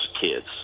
kids